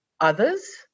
others